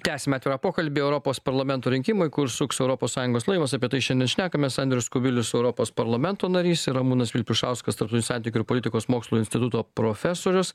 tęsiam atvirą pokalbį europos parlamento rinkimai kur suks europos sąjungos laivas apie tai šiandien šnekamės andrius kubilius europos parlamento narys ir ramūnas vilpišauskas tarptautinių santykių ir politikos mokslų instituto profesorius